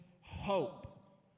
hope